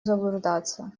заблуждаться